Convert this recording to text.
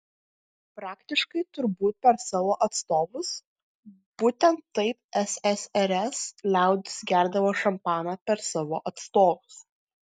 praktiškai turbūt per savo atstovus būtent taip ssrs liaudis gerdavo šampaną per savo atstovus